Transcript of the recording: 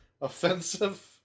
offensive